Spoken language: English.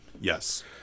Yes